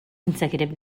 consecutive